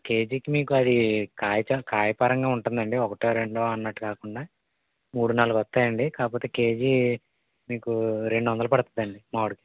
కేజీకి మీకు అది కాయ కాయ పరంగా ఉంటుందండి ఒకటో రెండో అన్నట్టు కాకుండా మూడు నాలుగొస్తాయండి కాకపోతే కేజీ మీకు రెండొందలు పడుతుంది అండి మామిడికాయ